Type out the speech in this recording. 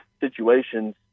situations